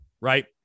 right